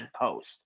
post